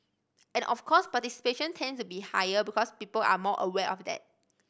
and of course participation tends to be higher because people are more aware of that